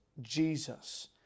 Jesus